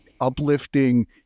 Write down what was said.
uplifting